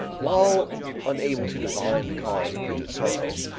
while unable to divine the cause of brigitte's sorrow,